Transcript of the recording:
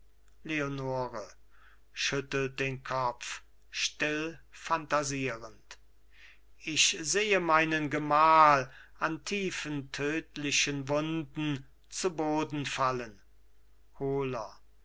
leonore schüttelt den kopf still phantasierend ich sehe meinen gemahl an tiefen tödlichen wunden zu boden fallen hohler